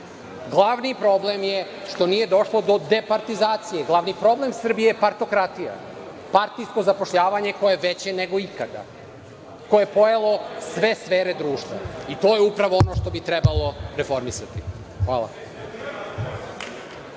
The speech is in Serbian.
glavni problem je što nije došlo do departizacije, glavni problem Srbije je partokratija, partijsko zapošljavanje koje je veće nego ikada, koje je pojelo sve sfere društva i to je upravo ono što bi trebalo reformisati. Hvala.